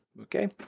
okay